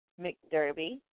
McDerby